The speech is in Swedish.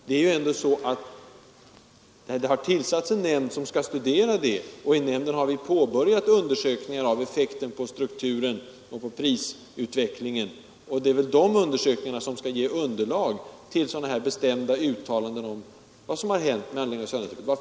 Det har ändå tillsatts en nämnd som skall studera detta, och i nämnden har vi påbörjat undersökningar av effekten på strukturen och prisutvecklingen. Det är väl de undersökningarna som skall ge underlag för sådana här bestämda uttalanden om vad som har hänt med anledning av söndagsöppethållandet.